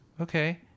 okay